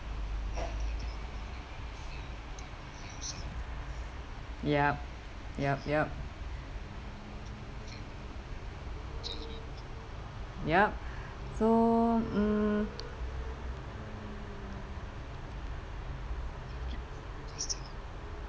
yup yup yup yup so mm